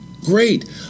Great